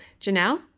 Janelle